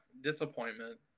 disappointment